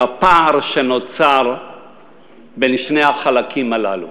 לפער שנוצר בין שני החלקים הללו.